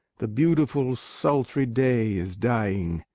the beautiful, sultry day is dying.